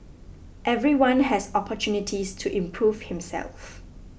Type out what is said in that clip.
everyone has opportunities to improve himself